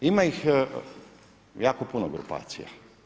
Ima ih jako puno grupacija.